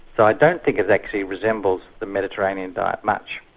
so i don't think it actually resembles the mediterranean diet much.